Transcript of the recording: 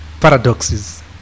paradoxes